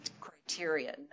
criteria